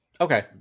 Okay